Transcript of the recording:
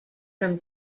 from